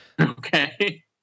Okay